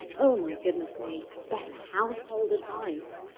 oh, my goodness me. best household advice.